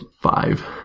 five